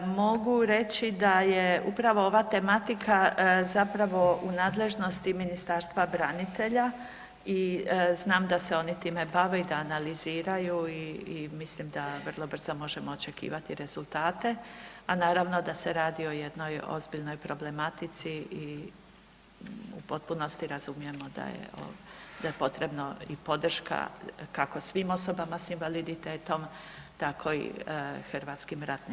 Mogu reći da je upravo ova tematika zapravo u nadležnosti Ministarstva branitelja i znam da se oni time bave i da analiziraju i mislim da vrlo brzo možemo očekivati rezultate, a naravno da se radi o jednoj ozbiljnoj problematici i u potpunosti razumijemo da je, da je potrebno i podrška kako svim osobama s invaliditetom tako i HRVI-u.